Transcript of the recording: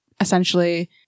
essentially